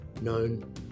known